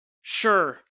Sure